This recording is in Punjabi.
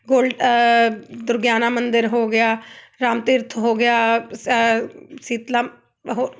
ਗੋਲ ਦੁਰਗਿਆਨਾ ਮੰਦਰ ਹੋ ਗਿਆ ਰਾਮ ਤੀਰਥ ਹੋ ਗਿਆ ਸ ਸ਼ੀਤਲਾ ਹੋ